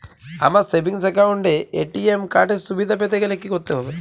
আমার savings account এ ATM card এর সুবিধা পেতে গেলে কি করতে হবে?